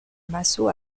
massot